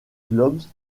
globes